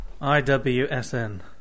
I-W-S-N